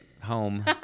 home